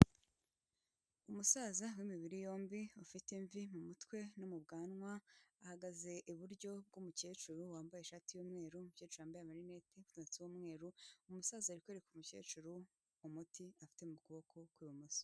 Umusaza w'imibiri yombi ufite imvi mu mutwe no mu bwanwa, ahagaze iburyo bw'umukecuru wambaye ishati y'umweru umukecuru wambaye amarinete ufite umusatsi w'umweru, umusaza ari kwereka umukecuru umuti afite mu kuboko kw'imoso.